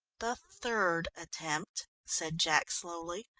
the third attempt, said jack slowly,